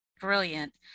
Brilliant